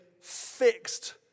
fixed